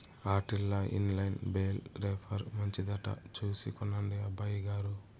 ఆటిల్ల in line bale wrapper మంచిదట చూసి కొనండి అబ్బయిగారు